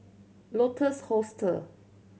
Lotus Hostel